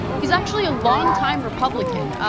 he is actually a longtime republican.